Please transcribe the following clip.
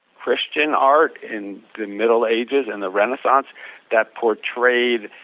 christian art in the middle ages and the renaissance that portrayed